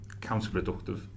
counterproductive